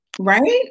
Right